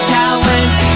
talent